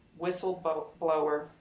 whistleblower